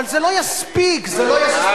אבל זה לא יספיק, זה לא יספיק.